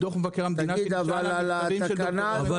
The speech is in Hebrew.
מדוח מבקר המדינה --- אז מה,